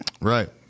Right